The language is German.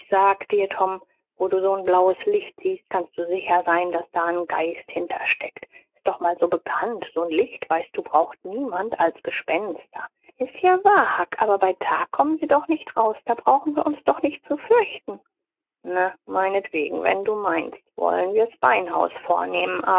sag dir tom wo du so n blaues licht siehst kannst du sicher sein daß da n geist dahinter steckt s ist doch mal so bekannt so n licht weißt du braucht niemand als gespenster s ist wahr huck aber bei tag kommen sie doch nicht raus da brauchen wir uns doch nicht zu fürchten na meinetwegen wenn du meinst woll'n wir s beinhaus vornehmen